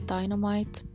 Dynamite